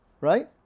Right